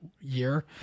year